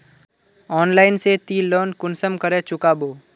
Online से ती loan कुंसम करे चुकाबो?